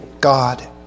God